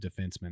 defenseman